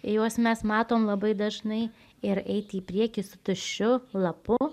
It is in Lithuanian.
juos mes matom labai dažnai ir eit į priekį su tuščiu lapu